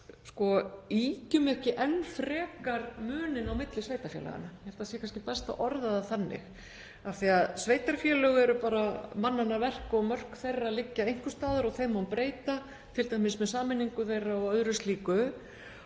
ýkjum ekki enn frekar muninn á milli sveitarfélaganna, ég held að það sé kannski best að orða það þannig. Sveitarfélögin eru bara mannanna verk og mörk þeirra liggja einhvers staðar og þeim má breyta, t.d. með sameiningu þeirra og öðru slíku.